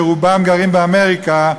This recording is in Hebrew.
שרובם גרים באמריקה,